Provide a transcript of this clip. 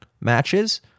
matches